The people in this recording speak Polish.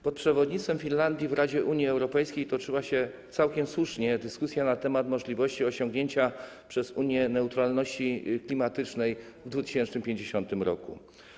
Pod przewodnictwem Finlandii w Radzie Unii Europejskiej toczyła się, całkiem słusznie, dyskusja na temat możliwości osiągnięcia przez Unię neutralności klimatycznej w 2050 r.